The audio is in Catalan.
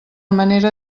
manera